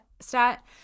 stat